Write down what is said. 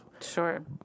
Sure